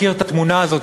מכיר את התמונה הזאת,